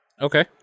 okay